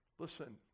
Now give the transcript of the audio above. Listen